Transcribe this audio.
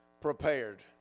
prepared